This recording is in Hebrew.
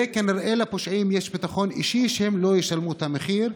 וכנראה לפושעים יש ביטחון אישי שהם לא ישלמו את המחיר,